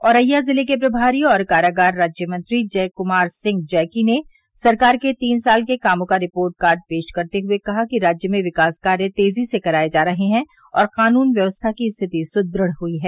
औरैया जिले के प्रभारी और कारागर राज्यमंत्री जय कमार सिंह जैकी ने सरकार के तीन साल के कामों का रिपोर्ट कार्ड पेश करते हुए कहा कि राज्य में विकास कार्य तेजी से कराये जा रहे हैं और कानून व्यवस्था की स्थिति सुदृढ़ हुई है